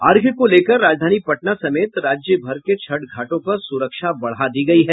अर्घ्य को लेकर राजधानी पटना समेत राज्यभर के छठ घाटों पर सुरक्षा बढ़ा दी गई है